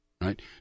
Right